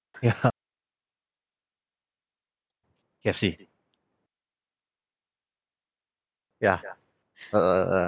ya K_F_C ya err